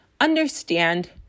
Understand